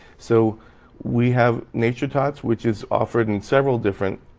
so we have nature tots, which is offered in several different,